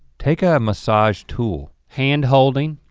take a massage tool. hand holding.